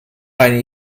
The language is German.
eine